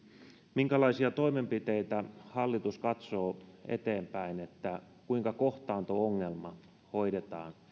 minkälaisia toimenpiteitä hallitus katsoo eteenpäin niin että kohtaanto ongelmat hoidetaan